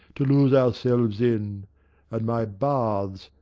to lose ourselves in and my baths,